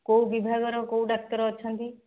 କେଉଁ ବିଭାଗର କେଉଁ ଡାକ୍ତର ଅଛନ୍ତି